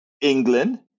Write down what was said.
England